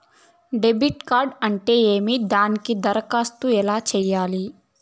debit card అంటే ఏమి దానికి దరఖాస్తు ఎలా సేయాలి